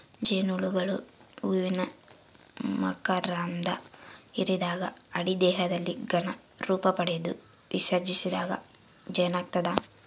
ಜೇನುಹುಳುಗಳು ಹೂವಿನ ಮಕರಂಧ ಹಿರಿದಾಗ ಅಡಿ ದೇಹದಲ್ಲಿ ಘನ ರೂಪಪಡೆದು ವಿಸರ್ಜಿಸಿದಾಗ ಜೇನಾಗ್ತದ